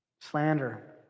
slander